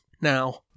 now